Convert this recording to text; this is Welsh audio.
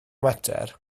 mater